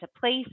place